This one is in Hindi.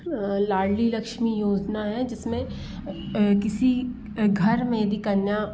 लाड़ली लक्ष्मी योजना है जिसमें किसी घर में यदि कन्या